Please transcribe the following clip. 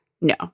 no